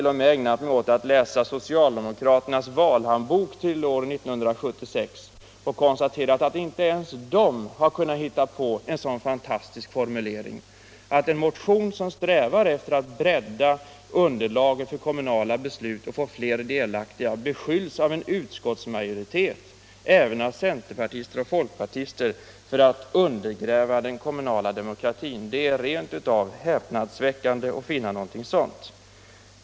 0. m. ägnat mig åt att läsa socialdemokraternas valhandbok till år 1976 och konstaterat att inte ens de har kunnat hitta på en så fantastisk formulering, nämligen att en motion som strävar efter att bredda underlaget för kommunala beslut och att göra fler delaktiga i dessa av en utskottsmajoritet. som även omfattar centerpartister och folkpartister, beskylls för att undergräva den kommunala.demokratin. Det är rent av häpnadsväckande att finna någonting sådant.